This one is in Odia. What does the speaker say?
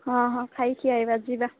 ହଁ ହଁ ଖାଇକି ଆସିବା ଯିବା